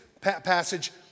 passage